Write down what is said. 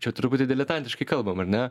čia truputį diletantiškai kalbam ar ne